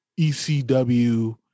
ECW